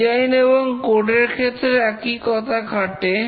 design এবং code এর ক্ষেত্রেও একই কথা খাটে